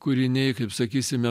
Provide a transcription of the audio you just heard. kūriniai kaip sakysime